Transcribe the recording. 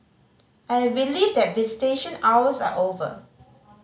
I believe that visitation hours are over